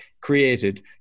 created